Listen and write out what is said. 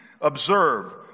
Observe